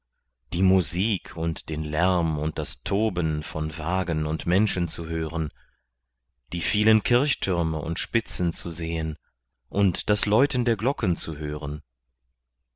die musik und den lärm und das toben von wagen und menschen zu hören die vielen kirchtürme und spitzen zu sehen und das läuten der glocken zu hören